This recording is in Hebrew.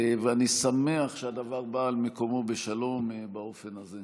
ואני שמח שהדבר בא על מקומו בשלום באופן הזה.